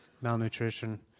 malnutrition